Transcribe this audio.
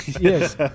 Yes